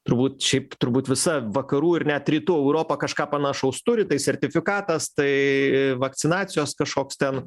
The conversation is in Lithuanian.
turbūt šiaip turbūt visa vakarų ir net rytų europa kažką panašaus turi tai sertifikatas tai vakcinacijos kažkoks ten